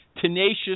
tenacious